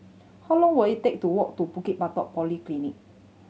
how long will it take to walk to Bukit Batok Polyclinic